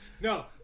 No